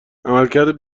عملکرد